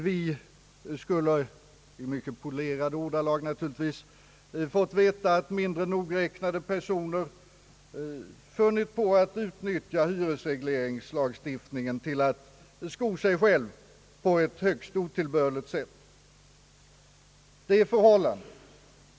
Vi skulle, i mycket polerade ordalag naturligtvis, ha fått veta att mindre nogräknade personer funnit på att utnyttja hyresregleringslagstiftningen till att sko sig på ett högst otillbörligt sätt.